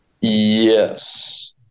Yes